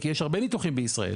כי יש הרבה ניתוחים בישראל,